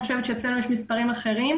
אני חושבת שיש מספרים אחרים.